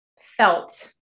felt